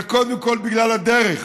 וקודם כול בגלל הדרך.